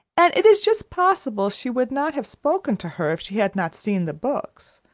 and it is just possible she would not have spoken to her, if she had not seen the books.